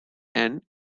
and